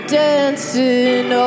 dancing